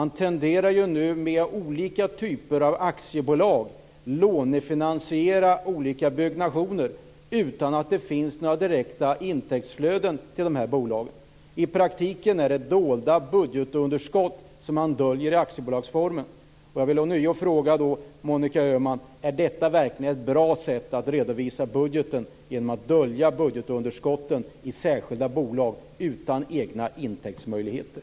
Nu tenderar man också med hjälp av olika typer av aktiebolag att lånefinansiera olika byggnationer utan att det finns några direkta intäktsflöden till bolagen. I praktiken handlar det om att man genom aktiebolagsformen döljer budgetunderskott. Jag vill ånyo fråga Monica Öhman: Är det verkligen ett bra sätt att redovisa budgeten att dölja budgetunderskotten i särskilda bolag utan egna intäktsmöjligheter?